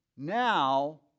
Now